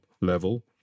level